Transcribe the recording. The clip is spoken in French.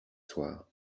soir